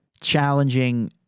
challenging